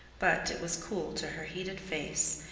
but it was cool to her heated face,